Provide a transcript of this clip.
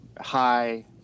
high